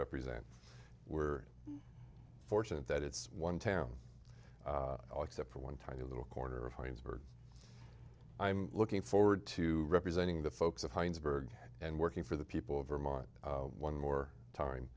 represent we're fortunate that it's one town except for one tiny little corner of his word i'm looking forward to representing the folks of heinz berg and working for the people of vermont one more time